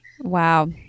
Wow